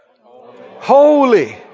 Holy